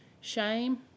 Shame